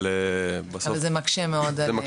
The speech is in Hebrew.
אבל זה מקשה מאוד על הסטודנטים.